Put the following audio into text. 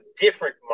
different